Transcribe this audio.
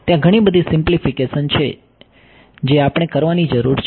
ત્યાં ઘણી બધી સિમ્પલીફીકેશન છે જે આપણે કરવાની જરૂર છે